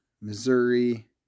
Missouri